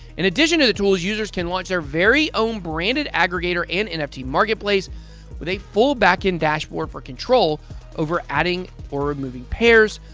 in addition to the tools, users can launch their very own branded aggregator and nft and marketplace with a full backend dashboard for control over adding or removing pairs,